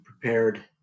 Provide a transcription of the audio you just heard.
prepared